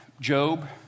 Job